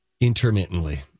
Intermittently